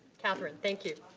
katherine, thank you.